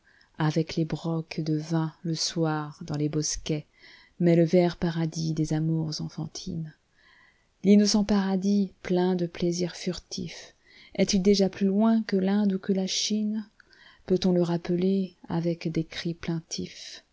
avec les brocs de vin le soir dans les bosquets mais le vert paradis des amours enfantines l'innocent paradis plein de plaisirs furtifs est-il déjà plus loin que l'inde ou que la chine peut-on le rappeler avec des cris